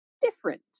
different